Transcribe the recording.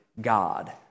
God